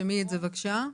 תרשמי את זה, בבקשה.